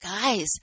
guys